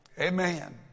Amen